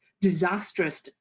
disastrous